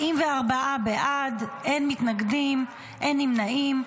44 בעד, אין מתנגדים, אין נמנעים.